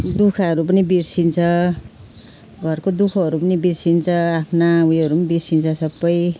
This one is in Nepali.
दुःखहरू पनि बिर्सिन्छ घरको दुःखहरू पनि बिर्सिन्छ आफ्ना उयोहरू बिर्सिन्छ सबै